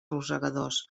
rosegadors